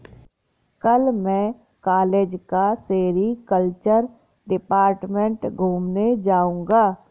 कल मैं कॉलेज का सेरीकल्चर डिपार्टमेंट घूमने जाऊंगा